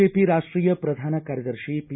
BJP ರಾಷ್ಟೀಯ ಪ್ರಧಾನ ಕಾರ್ಯದರ್ಶಿ ಪಿ